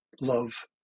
love